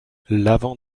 l’avant